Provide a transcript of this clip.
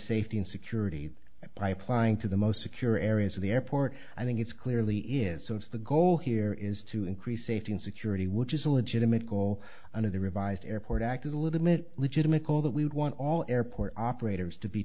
safety and security by applying to the most secure areas of the airport i think it's clearly is so if the goal here is to increase a thousand security which is a legitimate goal under the revised airport act is a little bit legitimate goal that we would want all airport operators to be